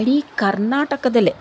ಇಡೀ ಕರ್ನಾಟಕದಲ್ಲೇ